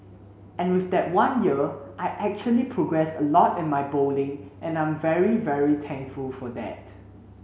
and with that one year I actually progressed a lot in my bowling and I'm very very thankful for that